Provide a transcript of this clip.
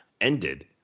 ended